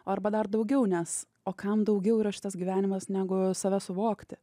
arba dar daugiau nes o kam daugiau yra šitas gyvenimas negu save suvokti